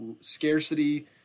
scarcity